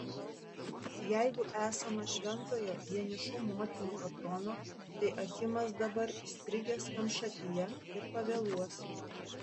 jeigu esama šventojo vienišų motinų patrono tai achimas dabar įstrigęs kamšatyje ir pavėluos